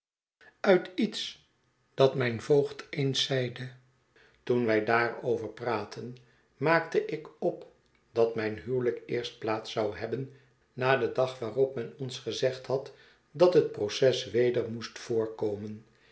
uit iets dat mijn voogd eens zeide toen wij daarover praatten maakte ik op dat mijn huwelijk eerst plaats zou hebben na den dag it het verlaten huis waarop men ons gezegd had dat het proces weder moest voorkomen